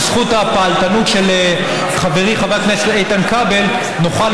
בזכות הפעלתנות של חברי חבר הכנסת איתן כבל נוכל